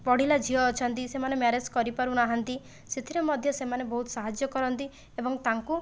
ବଢ଼ିଲା ଝିଅ ଅଛନ୍ତି ସେମାନେ ମ୍ୟାରେଜ କରିପାରୁନାହାନ୍ତି ସେଥିରେ ମଧ୍ୟ ସେମାନେ ବହୁତ ସାହାଯ୍ୟ କରନ୍ତି ଏବଂ ତାଙ୍କୁ